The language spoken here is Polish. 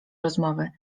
rozmowy